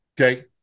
okay